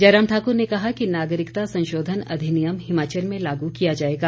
जयराम ठाकुर ने कहा कि नागरिकता संशोधन अधिनियम हिमाचल में लागू किया जाएगा